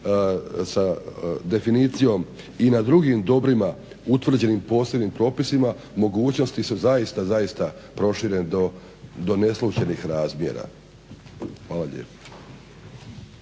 sa definicijom, i na drugim dobrima utvrđenim posebnim propisima, mogućnosti su zaista, zaista proširene do neslućenih razmjera. Hvala lijepo.